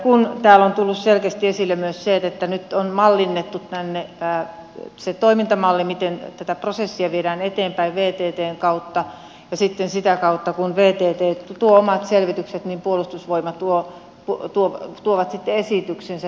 täällä on tullut selkeästi esille myös se että nyt on mallinnettu tänne se toimintamalli miten tätä prosessia viedään eteenpäin vttn kautta ja sitten sitä kautta kun vtt tuo omat selvitykset puolustusvoimat tuo esityksensä tähän asiaan